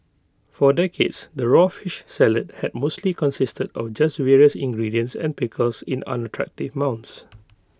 for decades the raw fish salad had mostly consisted of just various ingredients and pickles in unattractive mounds